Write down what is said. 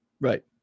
Right